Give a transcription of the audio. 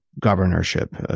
governorship